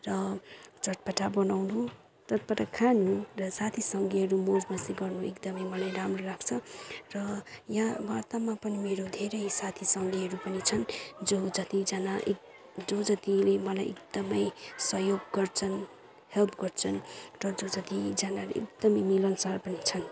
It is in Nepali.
र चटपटा बनाउनु र चटपटा खानु र साथीसङ्गीहरू मौज मस्ती गर्नु एकदमै मलाई राम्रो लाग्छ र यहाँ मारताममा पनि मेरो धेरै साथीसङ्गीहरू पनि छन् जो जतिजना एक जो जतिले मलाई एकदमै सहयोग गर्छन् हेल्प गर्छन् र जो जतिजनाले एकदमै मिलानसार पनि छन्